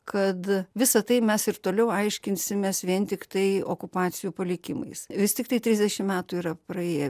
kad visa tai mes ir toliau aiškinsimės vien tiktai okupacijų palikimais vis tiktai trisdešimt metų yra praėję